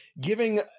giving